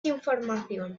información